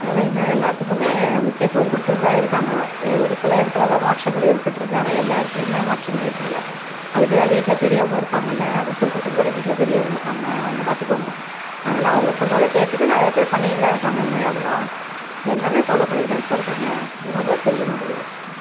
அதனால் இன்னும் எல்லாத்துக்கும் முக்கியத்துவம் கொடுத்துக்கிட்டுதான் இருக்காங்க ஒருசில இடத்தில் தான் மாற்றங்கள் ஏற்பட்டுருக்கு ஆனால் எல்லா இடத்துலயுமே மாற்றங்கள் ஏற்படலை அதுக்குதான் வீட்டில் பெரியவங்க இருக்காங்கள்ல அதை சொல்கிறதுக்குத்தானே வீட்டில் பெரியவங்க இருக்காங்க அவங்க பார்த்துக்குவாங்க அதனால் அவங்க சொல்கிறத கேட்டுட்டு நிறைய பேர் பண்ணிக்கிட்டுதான் இருக்காங்க அந்தமாதிரி அதல்லாம் எல்லாம் ஃபாலோ பண்ணிக்கிட்டுதான்ங்க சார் இருக்காங்க உங்களுக்கு தான் தெரியமாட்டிங்கிது